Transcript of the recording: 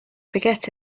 forget